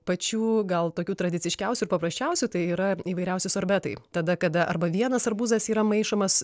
pačių gal tokių tradiciškiausių ir paprasčiausių tai yra įvairiausi sorbetai tada kada arba vienas arbūzas yra maišomas